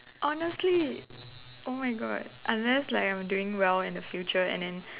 honestly oh my God unless like I'm doing well in the future and then